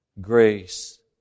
grace